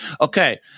Okay